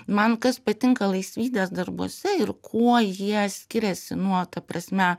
man kas patinka laisvydės darbuose ir kuo jie skiriasi nuo ta prasme